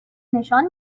نشان